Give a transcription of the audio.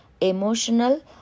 emotional